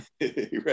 Right